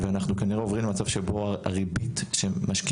ואנחנו כנראה עוברים למצב שבו הריבית שמשקיעים